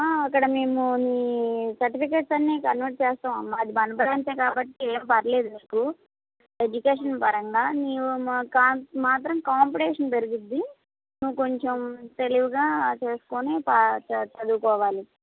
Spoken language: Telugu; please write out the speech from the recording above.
అక్కడ మేము నీ సర్టిఫికేట్స్ అన్నీ కన్వర్ట్ చేస్తామమ్మా అది మన బ్రాంచే కాబట్టి ఏం పర్లేదు నీకు ఎడ్యుకేషన్ పరంగా నీకు మా మాత్రం కాంపిటిషన్ పెరుగుతుంది నువ్వు కొంచెం తెలివిగా చేసుకుని చదువుకోవాలి